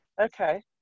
Okay